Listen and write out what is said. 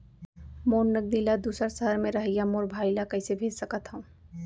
मोर नगदी ला दूसर सहर म रहइया मोर भाई ला कइसे भेज सकत हव?